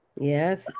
yes